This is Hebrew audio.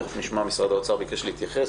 תכף נשמע את משרד האוצר שביקש להתייחס.